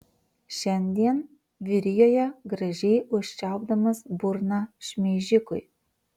šiandien vyrijoje gražiai užčiaupdamas burną šmeižikui